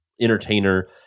entertainer